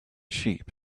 sheep